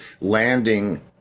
landing